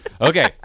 Okay